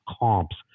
comps